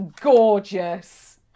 gorgeous